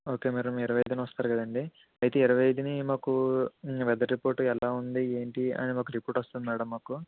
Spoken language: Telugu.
ఓకే మేడం ఇరవై ఐదునొస్తారు కదండి అయితే ఇరవై ఐదున మాకు వెదర్ రిపోర్ట్ ఎలా ఉంది ఏంటి అని మాకు రిపోర్ట్ వస్తుంది మేడం మాకు